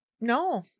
no